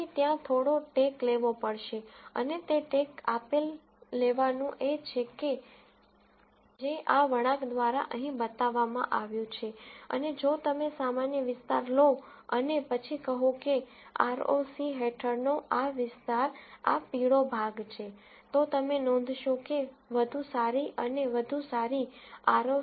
તેથી ત્યાં થોડો ટેક લેવો પડશે અને તે ટેક આપેલ લેવાનું એ છે કે જે આ વળાંક દ્વારા અહીં બતાવવામાં આવ્યું છે અને જો તમે સામાન્ય વિસ્તાર લો અને પછી કહો કે આરઓસી હેઠળનો આ વિસ્તાર આ પીળો ભાગ છે તો તમે નોંધશો કે વધુ સારી અને વધુ સારી આર